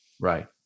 Right